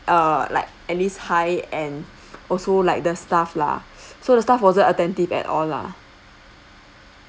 uh like at least high and also like the stuff lah so the staff wasn't attentive at all lah